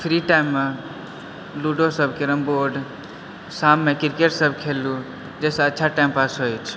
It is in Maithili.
फ्री टाइममे लूडोसभ कैरमबोर्ड शाममे क्रिकेटसभ खेललू जाहिसँ अच्छा टाइमपास होइत अछि